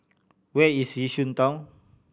where is Yishun Town